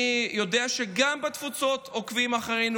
אני יודע שגם בתפוצות עוקבים אחרינו